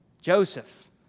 Joseph